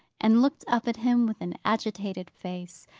and looked up at him with an agitated face,